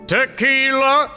Tequila